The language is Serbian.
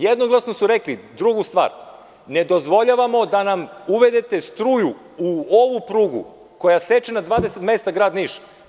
Jednoglasno su rekli drugu stvar – ne dozvoljavamo da nam uvedete struju u ovu prugu koja seče na 20 mesta grad Niš.